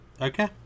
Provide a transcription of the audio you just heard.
Okay